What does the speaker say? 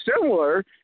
similar